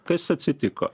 kas atsitiko